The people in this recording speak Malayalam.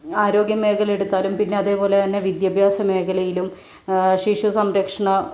ആരോഗ്യ മേഖലയെടുത്താലും പിന്നെ അതേപോലെ തന്നെ വിദ്യാഭ്യാസ മേഖലയിലും ശിശുസംരക്ഷണ